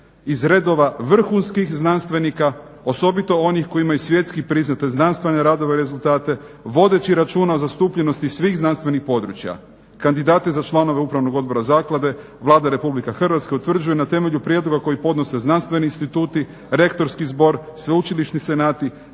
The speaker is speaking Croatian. iz redova vrhunskih znanstvenika, osobito onih koji imaju svjetski priznate znanstvene radove i rezultate, vodeći računa o zastupljenosti svih znanstvenih područja. Kandidate za članove Upravnog odbora zaklade Vlada Republike Hrvatske utvrđuje na temelju prijedloga koji podnose znanstveni instituti, Rektorski zbor, sveučilišni senati,